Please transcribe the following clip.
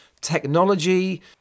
technology